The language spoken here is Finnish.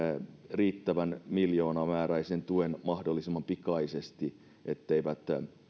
riittävän miljoonamääräisen tuen mahdollisimman pikaisesti etteivät